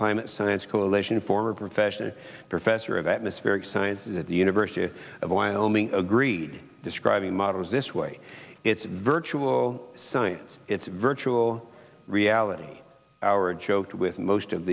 climate science coalition former profession professor of atmospheric sciences at the university of wyoming agreed describing models this way it's virtual science it's virtual reality our joked with most of